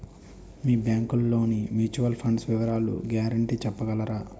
మీ bank లోని mutual fund వివరాల guarantee చెప్పగలరా?